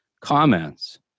comments